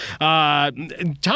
Tom